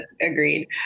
Agreed